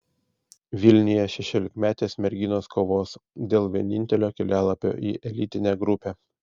vilniuje šešiolikmetės merginos kovos dėl vienintelio kelialapio į elitinę grupę